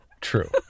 True